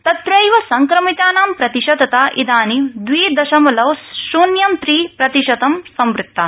तट्रैव संक्रमितानां प्रतिशतता इदानीं द्वि दशमलव शून्यं त्रि प्रतिशतं संवृत्ता